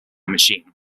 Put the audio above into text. machine